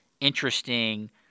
interesting